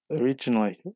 originally